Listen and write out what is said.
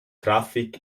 trafic